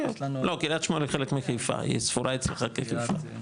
קריית שמואל היא חלק מחיפה, היא ספורה אצלך כחיפה.